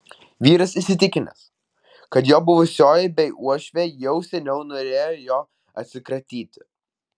vyras įsitikinęs kad jo buvusioji bei uošvė jau seniau norėjo jo atsikratyti